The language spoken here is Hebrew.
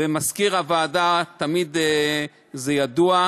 ומזכיר הוועדה תמיד ידוע.